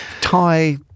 Thai